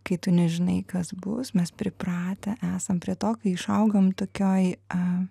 kai tu nežinai kas bus mes pripratę esam prie to kai išaugam tokioj a